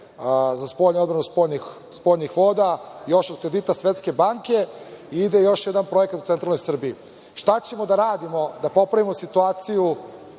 za odbranu od spoljnih voda još od kredita Svetske banke. Ide još jedan projekat u centralnoj Srbiji. Šta ćemo da radimo da popravimo situaciju